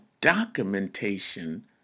documentation